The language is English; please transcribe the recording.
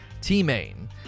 T-Main